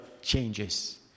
Changes